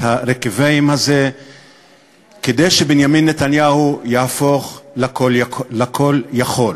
הרקוויאם הזה כדי שבנימין נתניהו יהפוך לכול יכול.